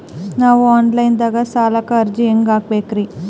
ನಾವು online ದಾಗ ಸಾಲಕ್ಕ ಅರ್ಜಿ ಹೆಂಗ ಹಾಕಬೇಕ್ರಿ?